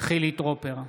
חילי טרופר,